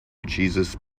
jesus